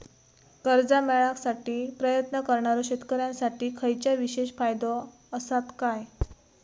कर्जा मेळाकसाठी प्रयत्न करणारो शेतकऱ्यांसाठी खयच्या विशेष फायदो असात काय?